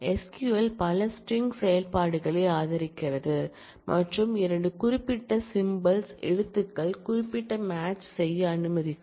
SQL பல string செயல்பாடுகளை ஆதரிக்கிறது மற்றும் 2 குறிப்பிட்ட சிம்பல்ஸ் எழுத்துக்கள் குறிப்பிட்ட மேட்ச் செய்ய அனுமதிக்கும்